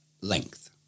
length